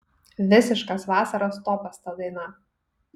visiškas vasaros topas ta daina